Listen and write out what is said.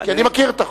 כי אני מכיר את החוק,